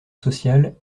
sociale